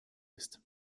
ist